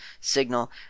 Signal